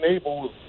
able